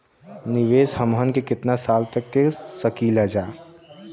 निवेश हमहन के कितना साल तक के सकीलाजा?